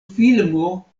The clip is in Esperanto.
filmo